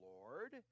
Lord